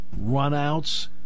runouts